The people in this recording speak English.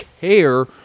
care